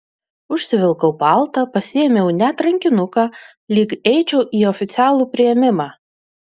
užsivilkau paltą pasiėmiau net rankinuką lyg eičiau į oficialų priėmimą